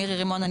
מירי רימון,